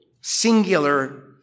singular